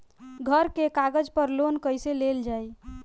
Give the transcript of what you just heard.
घर के कागज पर लोन कईसे लेल जाई?